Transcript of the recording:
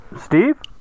Steve